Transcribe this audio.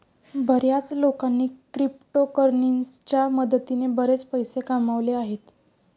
बर्याच लोकांनी क्रिप्टोकरन्सीच्या मदतीने बरेच पैसे कमावले आहेत